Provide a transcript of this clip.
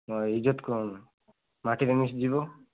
ହଁ ଇଜତ୍ କ'ଣ ମାଟିରେ ମିଶି ଯିବ